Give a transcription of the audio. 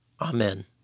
Amen